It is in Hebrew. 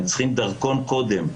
הם צריכים דרכון קודם.